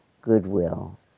goodwill